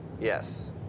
Yes